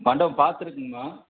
மண்டபம் பார்த்துருக்குங்கம்மா